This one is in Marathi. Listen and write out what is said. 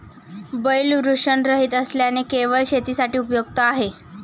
बैल वृषणरहित असल्याने केवळ शेतीसाठी उपयुक्त आहे